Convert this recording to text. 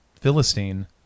Philistine